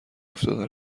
افتاده